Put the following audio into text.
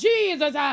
Jesus